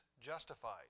justified